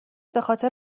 بخاطر